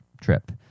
trip